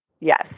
Yes